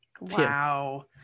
Wow